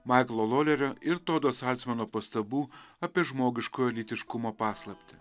maiklo lorelio ir todo salcmano pastabų apie žmogiškojo lytiškumo paslaptį